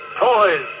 Toys